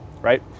right